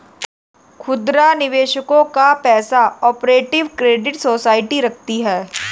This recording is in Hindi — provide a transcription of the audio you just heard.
खुदरा निवेशकों का पैसा को ऑपरेटिव क्रेडिट सोसाइटी रखती है